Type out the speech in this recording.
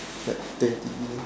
like twenty